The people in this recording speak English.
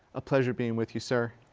a pleasure being with you sir.